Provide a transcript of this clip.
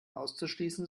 auszuschließen